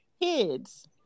Kids